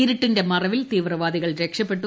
ഇരുട്ടിന്റെ മറവിൽ തീവ്രവാദികൾ രക്ഷപ്പെട്ടു